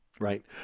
Right